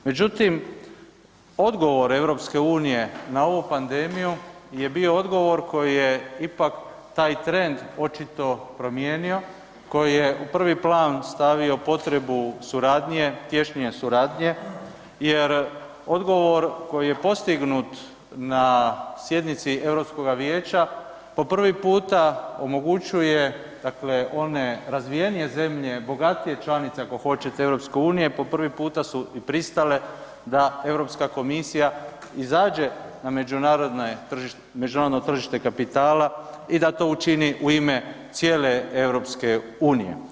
Međutim, odgovor EU na ovu pandemiju je bio odgovor koji je bio ipak taj trend očito promijenio, koji je u prvi plan stavio potrebu suradnje, tješnije suradnje jer odgovor koji je postignut na sjednici Europskoga vijeća po prvi puta omogućuje one razvijenije zemlje, bogatije članice ako hoćete EU po prvi puta su pristale da Europska komisija izađe na međunarodno tržite kapitala i da to učini u ime cijele EU.